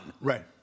Right